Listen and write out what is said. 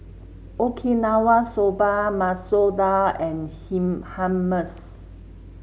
Okinawa Soba Masoor Dal and him Hummus